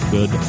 Good